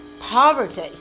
poverty